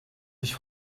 ich